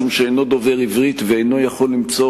משום שאינו דובר עברית ואינו יכול למצוא